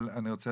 אבל אני רוצה